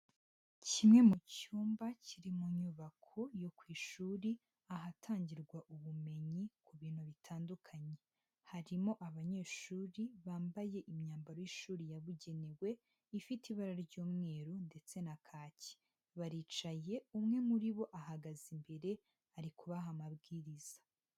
Kimwe mu cyumba kiri mu nyubako yo ku ishuri, ahatangirwa ubumenyi ku bintu bitandukanye, harimo abanyeshuri bambaye imyambaro y'ishuri yabugenewe ifite ibara ry'umweru ndetse na kaki, baricaye umwe muri bo ahagaze imbere ari kubaha amabwiriza.